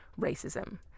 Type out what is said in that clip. racism